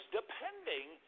depending